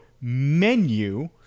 menu